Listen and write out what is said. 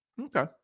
Okay